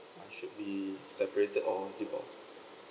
must should be separated or divorce